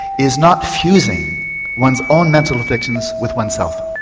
is not fusing one's own mental afflictions with one's self,